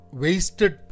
wasted